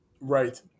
Right